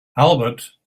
albert